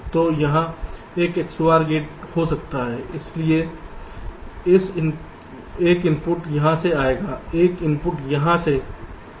तो यहाँ एक XOR गेट हो सकता है इसलिए एक इनपुट यहाँ से आएगा एक इनपुट यहाँ से इस तरह आएगा